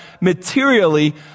materially